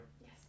Yes